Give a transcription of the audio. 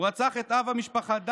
הוא רצח את אב המשפחה דני,